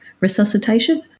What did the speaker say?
resuscitation